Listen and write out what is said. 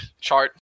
chart